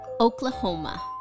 oklahoma